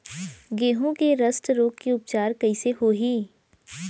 गेहूँ के रस्ट रोग के उपचार कइसे होही?